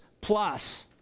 plus